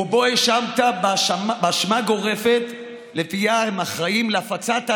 ובהם האשמת בהאשמה גורפת שלפיה הם אחראים להפצת הנגיף,